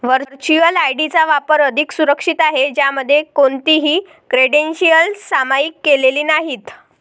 virtual ID चा वापर अधिक सुरक्षित आहे, ज्यामध्ये कोणतीही क्रेडेन्शियल्स सामायिक केलेली नाहीत